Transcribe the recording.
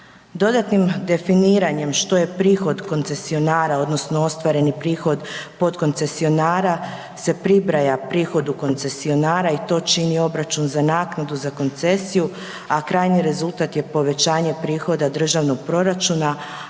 Dodatnim definiranjem što je prihod koncesionara odnosno ostvareni prihod potkoncesionara se pribraja prihodu koncesionara i to čini obračun za naknadu za koncesiju, a krajnji rezultat je povećanje prihoda državnog proračuna,